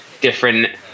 different